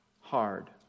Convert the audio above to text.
hard